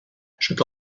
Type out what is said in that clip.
sota